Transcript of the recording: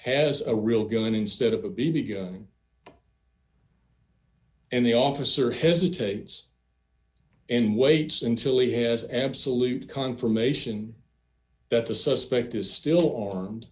has a real gun instead of a b b gun and the officer hesitates and waits until he has absolute confirmation that the suspect is still armed